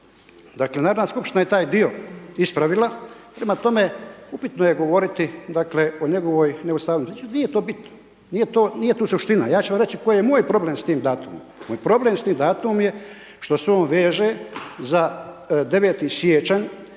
razumije./… skupština je taj dio ispravila, prema tome, upitno je govoriti o njegovoj neustavnosti, nije to bitno, nije to suština. Ja ću vam reći koji je moj problem s tim datumom. Moj problem s tim datumom je što se on veže za 9. siječanj,